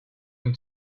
him